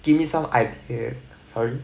give me some idea sorry